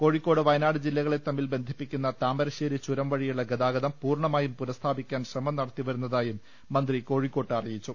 Kozhikode Wayanad ജില്ലകളെ തമ്മിൽ ബന്ധിപ്പിക്കുന്ന താമരശ്ശേരി ചുരം വഴി യുള്ള ഗതാഗതം പൂർണ്ണമായും പുനഃസ്ഥാപിക്കാൻ ശ്രമം നട ത്തിവരുന്നതായും മന്ത്രി കോഴിക്കോട്ട് അറിയിച്ചു